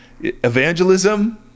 evangelism